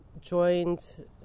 joined